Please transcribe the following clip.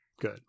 Good